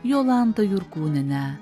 jolanta jurkūniene